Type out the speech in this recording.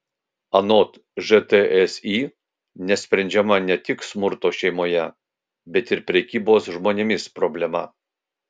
anot žtsi nesprendžiama ne tik smurto šeimoje bet ir prekybos žmonėmis problema